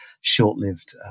short-lived